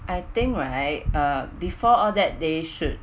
I think right uh before all that they should